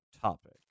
topic